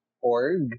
org